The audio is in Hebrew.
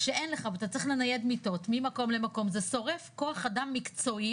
כשאין לך ואתה צריך לנייד מיטות ממקום למקום - זה שורף כוח אדם מקצועי